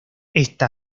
esta